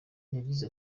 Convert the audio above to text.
yagize